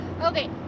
Okay